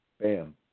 bam